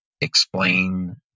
explain